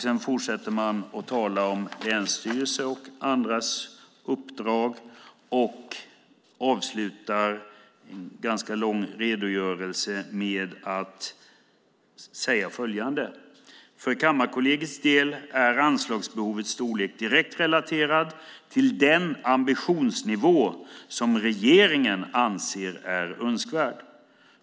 Sedan fortsätter de med att tala om länsstyrelsernas och andras uppdrag och avslutar en ganska lång redogörelse med att säga följande: "För Kammarkollegiets del är anslagsbehovets storlek direkt relaterat till den ambitionsnivå som regeringen anser är önskvärd.